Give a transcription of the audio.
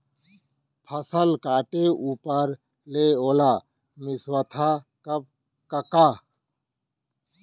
फसल काटे ऊपर ले ओला मिंसवाथा कब कका?